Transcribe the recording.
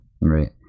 Right